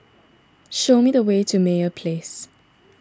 show me the way to Meyer Place